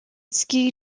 ski